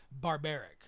barbaric